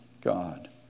God